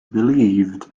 believed